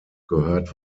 gehört